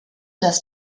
das